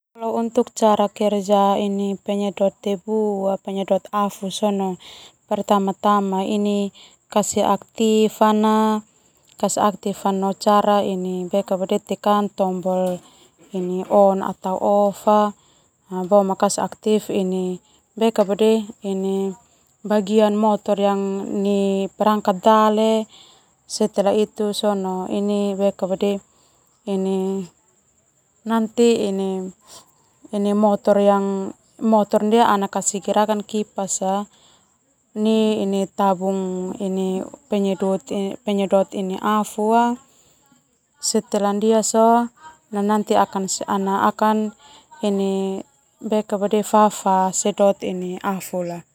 Untuk cara kerja penyedot debu penyedot afu sona pertama-pertama kasih aktif tekan tombol on kasih aktif, bagian motor nai perangkat dale nanti motor ndia ana kasih gerakan kipas tabung penyedot ini afu aona ana akan fafa sedot afu.